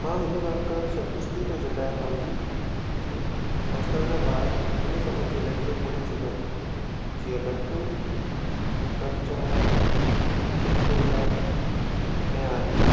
मां हिन ॻाल्हि खां संतुष्टि थो जताया पंहिंजी की अॼुकल्ह जा ॿार हिन सभु खेलनि खे भुली चुका आहिनि जीअं लट्टू कंचा गिल्ली डंडा ऐं आदि